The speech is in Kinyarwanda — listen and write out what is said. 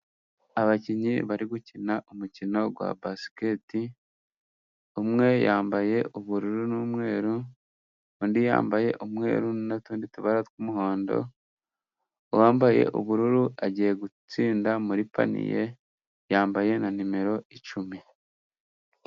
Abakinnyi bari gukina umukino wa basiketi, umwe yambaye ubururu n'umweru, undi yambaye umweru n'utundi tubara tw'umuhondo, uwambaye ubururu agiye gutsinda muri panye, yambaye na nimero icumi.